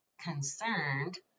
concerned